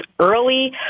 early